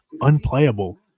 unplayable